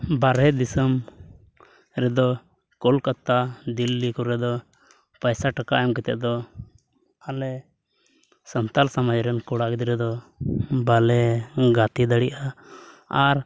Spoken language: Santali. ᱵᱟᱨᱦᱮ ᱫᱤᱥᱚᱢ ᱨᱮᱫᱚ ᱠᱳᱞᱠᱟᱛᱟ ᱫᱤᱞᱞᱤ ᱠᱚᱨᱮ ᱫᱚ ᱯᱚᱭᱥᱟ ᱴᱟᱠᱟ ᱮᱢ ᱠᱟᱛᱮᱫ ᱫᱚ ᱟᱞᱮ ᱥᱟᱱᱛᱟᱞ ᱥᱚᱢᱟᱡᱽ ᱨᱮ ᱠᱚᱲᱟ ᱜᱤᱫᱽᱨᱟᱹ ᱫᱚ ᱵᱟᱞᱮ ᱜᱟᱛᱮ ᱫᱟᱲᱮᱭᱟᱜᱼᱟ ᱟᱨ